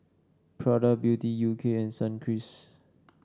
Prada Beauty U K and Sunkist